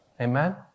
Amen